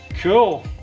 Cool